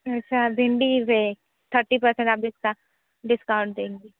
अच्छा भिंडी पर थर्टी परसेंट आप डिस्का डिस्काउंट देंगी